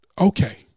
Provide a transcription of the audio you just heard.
Okay